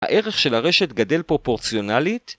‫הערך של הרשת גדל פרופורציונלית?